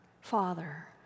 Father